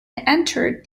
entered